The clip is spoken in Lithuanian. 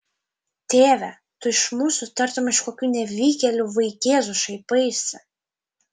tėve tu iš mūsų tartum iš kokių nevykėlių vaikėzų šaipaisi